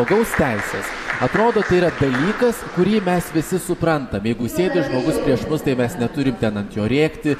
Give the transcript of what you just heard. žmogaus teisės atrodo yra dalykas kurį mes visi suprantam jeigu sėdi žmogus prieš mus tai mes neturime ten ant jo rėkti